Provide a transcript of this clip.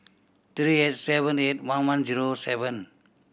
three eight seven eight one one zero seven